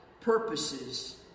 purposes